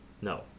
No